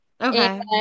Okay